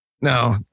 No